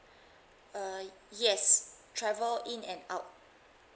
uh yes travel in and out